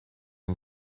all